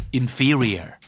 inferior